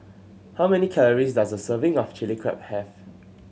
how many calories does a serving of Chili Crab have